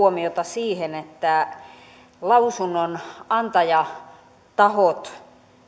huomiota siihen että lausunnonantajatahot